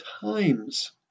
times